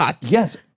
Yes